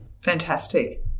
Fantastic